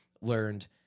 learned